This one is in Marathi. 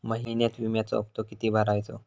महिन्यात विम्याचो हप्तो किती भरायचो?